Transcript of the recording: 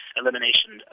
elimination